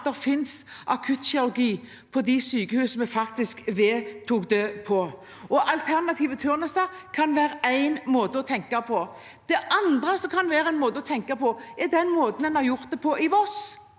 at det finnes akuttkirurgi på de sykehusene vi faktisk vedtok det for. Alternative turnuser kan være én måte å tenke på. Det andre som kan være en måte å tenke på, er slik en har gjort det i Voss.